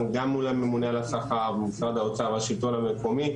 גם מול הממונה על השכר במשרד האוצר והשלטון המקומי.